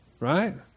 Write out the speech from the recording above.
right